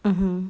mmhmm